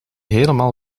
helemaal